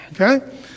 okay